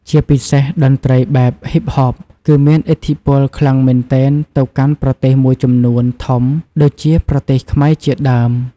ជាពិសេសតន្រ្តីបែបហ៊ីបហបគឺមានឥទ្ធិពលខ្លាំងមែនទែនទៅកាន់ប្រទេសមួយចំនួនធំដូចជាប្រទេសខ្មែរជាដើម។